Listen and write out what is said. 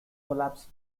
collapse